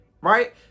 right